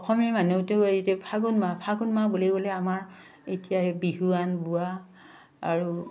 অসমীয়া মানুহতো এতিয়া ফাগুণ মাহ ফাগুণ মাহ বুলি ক'লে আমাৰ এতিয়া বিহুৱান বোৱা আৰু